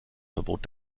verbot